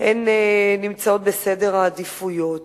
נמצאות בסדר העדיפויות